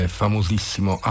famosissimo